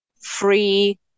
free